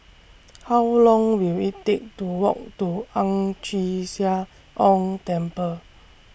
How Long Will IT Take to Walk to Ang Chee Sia Ong Temple